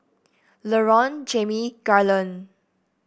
Laron Jamie Garland